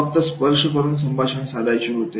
फक्त स्पर्श करून संभाषण करायचे होते